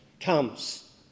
comes